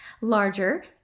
larger